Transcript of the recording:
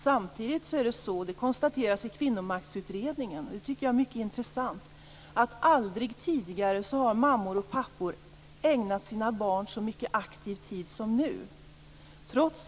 Samtidigt är det så som konstateras i Kvinnomaktsutredningen, och det tycker jag är mycket intressant, att aldrig tidigare har mammor och pappor ägnat sina barn så mycket aktiv tid som nu.